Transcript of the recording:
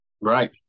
Right